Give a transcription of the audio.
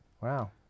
Wow